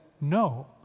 no